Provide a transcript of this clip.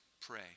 pray